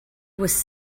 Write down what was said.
was